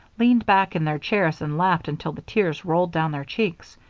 leaned back in their chairs and laughed until the tears rolled down their cheeks.